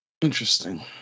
Interesting